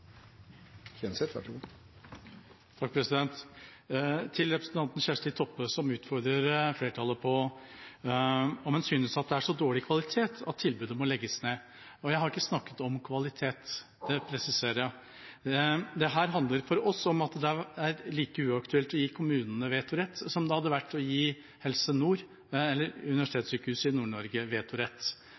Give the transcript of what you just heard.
Kjenseth har hatt ordet to ganger tidligere og får ordet til en kort merknad, begrenset til 1 minutt. Til representanten Kjersti Toppe, som utfordrer flertallet på om en synes at det er så dårlig kvalitet at tilbudet må legges ned: Jeg har ikke snakket om kvalitet, det presiserer jeg. Dette handler for oss om at det er like uaktuelt å gi kommunene vetorett som det hadde vært å gi Helse Nord eller Universitetssykehuset Nord-Norge vetorett.